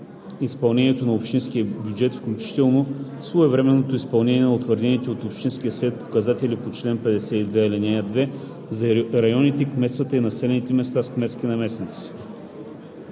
изпълнението на общинския бюджет, включително своевременното изпълнение на утвърдените от общинския съвет показатели по чл. 52, ал. 2 за районите, кметствата и населените места с кметски наместници.“